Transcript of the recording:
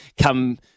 come